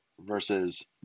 versus